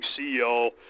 CEO